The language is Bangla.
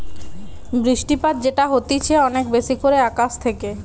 বৃষ্টিপাত যেটা হতিছে অনেক বেশি করে আকাশ থেকে